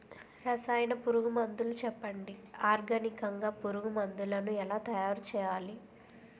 రసాయన పురుగు మందులు చెప్పండి? ఆర్గనికంగ పురుగు మందులను ఎలా తయారు చేయాలి?